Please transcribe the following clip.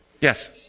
Yes